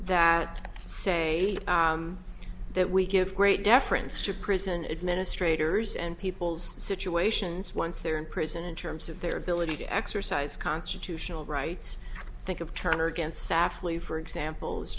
that say that we you give great deference to prison administrators and people's situations once they're in prison in terms of their ability to exercise constitutional rights think of turner against safley for example is